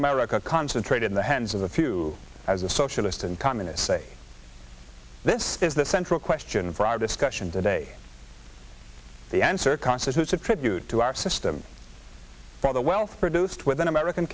america concentrated in the hands of the few as the socialist and communist say this is the central question for our discussion today the answer constitutes a tribute to our system for the wealth produced within american